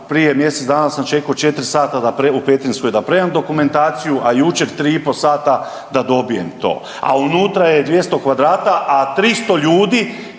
prije mjesec dana sam čekao 4 sata da predam, u Petrinjskoj da predam dokumentaciju, a juče 3,5 sata da dobijem to, a unutra je 200 kvadrata, a 300 ljudi